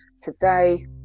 Today